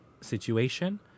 situation